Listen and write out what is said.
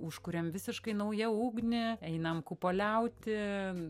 užkuriam visiškai nauja ugnį einam kupoliauti